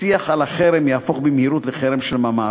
השיח על החרם יהפוך במהירות לחרם של ממש.